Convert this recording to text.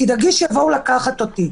תדאגי שיבואו לקחת אותי.